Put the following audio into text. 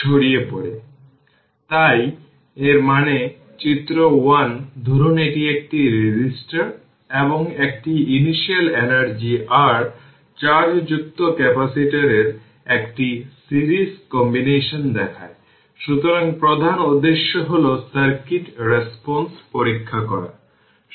সুতরাং যদি r t infinity এর দিকে ঝোঁক থাকে তাহলে এটি কেবল হাফ C v0 2 হয়ে যাচ্ছে কারণ এই টার্মটি সেখানে থাকবে না এবং শুরুতে w C0 এ স্টোর করা হবে